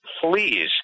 please